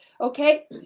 Okay